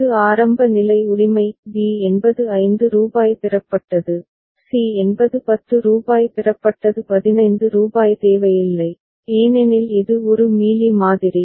இது ஆரம்ப நிலை உரிமை b என்பது ரூபாய் 5 பெறப்பட்டது c என்பது ரூபாய் 10 பெறப்பட்டது 15 ரூபாய் தேவையில்லை ஏனெனில் இது ஒரு மீலி மாதிரி